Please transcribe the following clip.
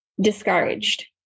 discouraged